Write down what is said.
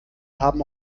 haben